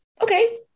Okay